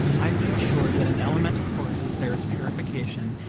i feel sure that in elemental forces there is purification,